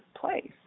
place